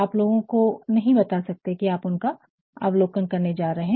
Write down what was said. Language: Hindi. आप लोगों को नहीं बता सकते हैं कि आप उनका अवलोकन करने जा रहे हैं